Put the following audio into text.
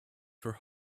for